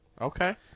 Okay